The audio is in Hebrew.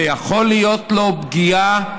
ויכולה להיות לו פגיעה